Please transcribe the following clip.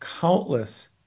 countless